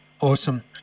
Awesome